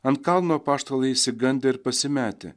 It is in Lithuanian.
ant kalno apaštalai išsigandę ir pasimetę